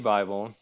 Bible